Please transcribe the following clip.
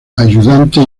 ayudante